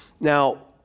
Now